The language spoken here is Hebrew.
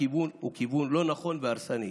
הכיוון הוא לא נכון והרסני.